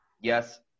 Yes